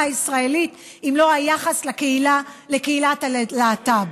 הישראלית אם לא היחס לקהילת הלהט"ב?